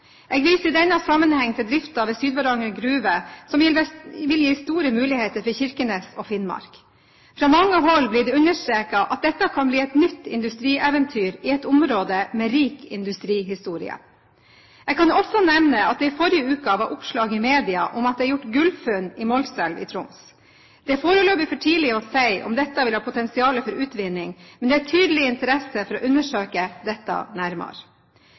Jeg viser i denne sammenheng til driften ved Sydvaranger Gruve som vil gi store muligheter for Kirkenes og Finnmark. Fra mange hold blir det understreket at dette kan bli et nytt industrieventyr i et område med rik industrihistorie. Jeg kan også nevne at det i forrige uke var oppslag i media om at det er gjort gullfunn i Målselv i Troms. Det er foreløpig for tidlig å si om dette vil ha et potensial for utvinning, men det er tydelig interesse for å undersøke dette nærmere.